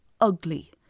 ugly